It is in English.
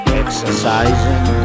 exercising